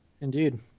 Indeed